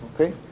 okay